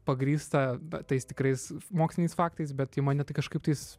pagrįstą na tais tikrais moksliniais faktais bet į mane tai kažkaip tais